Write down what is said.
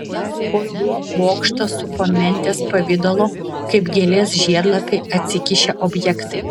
po juo bokštą supo mentės pavidalo kaip gėlės žiedlapiai atsikišę objektai